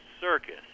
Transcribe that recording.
circus